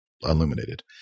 illuminated